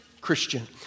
Christian